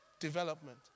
development